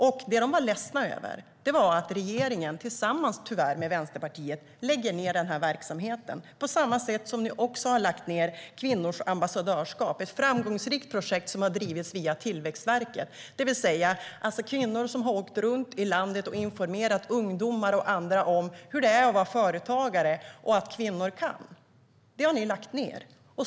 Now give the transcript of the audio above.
Vad man var ledsen över var att regeringen tillsammans med Vänsterpartiet tyvärr lade ned denna verksamhet på samma sätt som ni nu också har lagt ned Kvinnors ambassadörskap, ett framgångsrikt projekt som har drivits via Tillväxtverket. Kvinnor har åkt runt i landet och informerat ungdomar och andra om hur det är att vara företagare och att kvinnor kan. Det har ni lagt ned.